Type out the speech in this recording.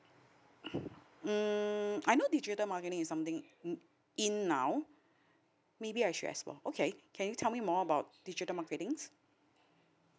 umm I know digital marketing is something in now maybe I should as well okay can you tell me more about digital marketing